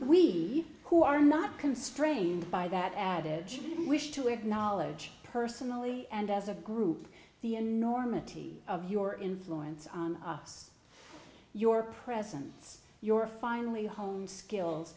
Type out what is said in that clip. we who are not constrained by that adage wish to acknowledge personally and as a group the enormity of your influence on us your presence your finally honed skills